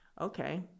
Okay